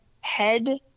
head